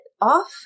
off